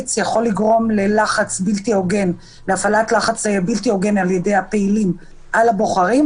תמריץ יכול לגרום ללחץ בלתי הוגן על ידי הפעילים על הבוחרים,